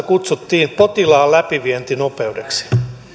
kutsuttiin potilaan läpivientinopeudeksi